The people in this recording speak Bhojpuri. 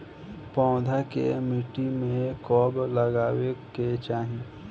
पौधा के मिट्टी में कब लगावे के चाहि?